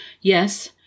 Yes